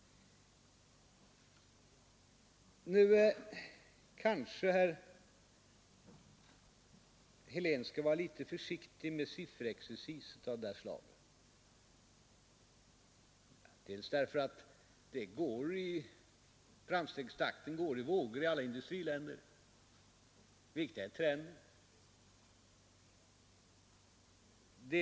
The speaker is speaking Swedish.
Kanske herr Helén skall vara litet försiktig med sifferexercis av det här slaget, därför att framstegstakten går i vågor i alla industriländer, och det viktiga är trenden.